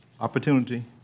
opportunity